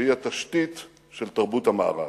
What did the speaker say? שהיא התשתית של תרבות המערב.